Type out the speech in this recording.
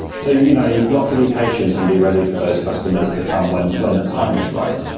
so you know you've got to be patient and be ready for those customers to come when when the time is right.